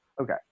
okay